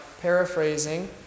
paraphrasing